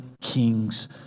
kings